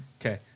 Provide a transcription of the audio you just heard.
Okay